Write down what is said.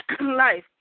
life